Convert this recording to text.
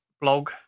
blog